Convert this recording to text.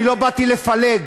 אני לא באתי לפלג,